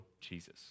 Jesus